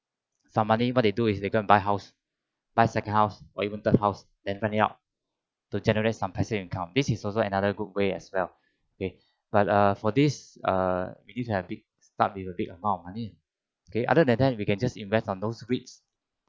some money what they do is they go and buy house buy second house or even third house then rent it to generate some passive income this is also another good way as well but err for this err we need to have a big need to start with a big amount of money okay other than that we can just invest on those REITS